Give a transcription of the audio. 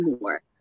more